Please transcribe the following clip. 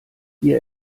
ihr